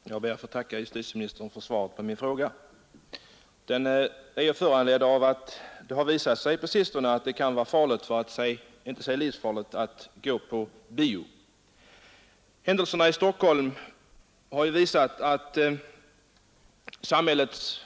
Herr talman! Jag ber att få tacka herr justitieministern för svaret på min fråga. Denna är föranledd av att det på sistone har visat sig att det kan vara farligt, för att inte säga livsfarligt att gå på bio. Händelserna i Stockholm har ju visat att samhällets